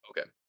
Okay